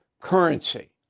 currency